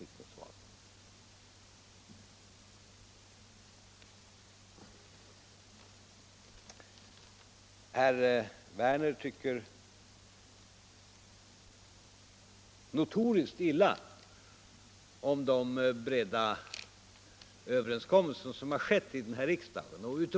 Dem har herr Fälldin tydligen inte haft möjlighet att tillräckligt överväga. Herr Werner i Tyresö tycker notoriskt illa om de breda överenskommelser som har gjorts här i riksdagen.